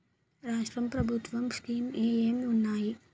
రాష్ట్రం ప్రభుత్వ స్కీమ్స్ ఎం ఎం ఉన్నాయి?